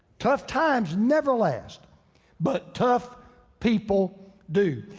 tough times never last but tough people do.